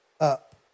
up